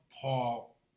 Paul